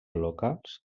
locals